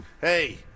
hey